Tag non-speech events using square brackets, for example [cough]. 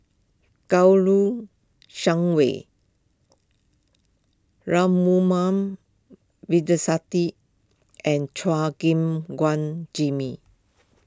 Kouo Shang Wei [unintelligible] and Chua Gim Guan Jimmy